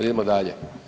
Idemo dalje.